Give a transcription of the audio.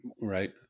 Right